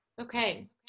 Okay